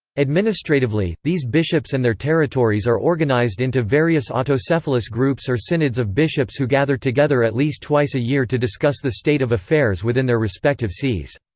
administratively, these bishops and their territories are organized into various autocephalous groups or synods of bishops who gather together at least twice a year to discuss the state of affairs within their respective sees.